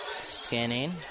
Scanning